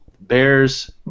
Bears